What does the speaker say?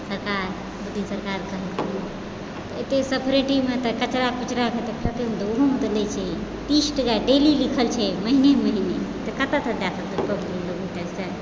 सरकार मोदी सरकार एते सफ्रितिमे तऽ कचरा फचरा फेकयमे दौरोमे तऽ लै छै तीस टाका डेली लिखल छै महिने महिने तऽ कतयसँ देय सकत पब्लिक